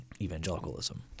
evangelicalism